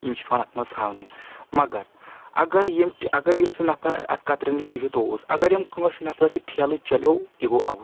یِم چھِ پؠوان اَتھ منٛز تھاونہِ مگر اگر یِم اگر یُس نفر اَتھ قطرٮ۪ن نِش بِہِتھ اوس اگر یِم کٲنٛسہِ نَفرَس سۭتۍ ٹھیلہٕ چلیٚو یہِ گوٚو اَوُٹ